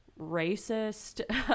racist